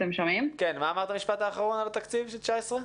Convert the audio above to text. היה המשפט האחרון על תקציב 2019?